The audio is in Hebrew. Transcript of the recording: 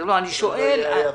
כדי שלא תהיה אי הבנה.